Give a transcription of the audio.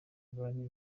bari